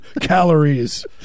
calories